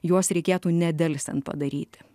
juos reikėtų nedelsiant padaryti